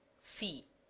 c.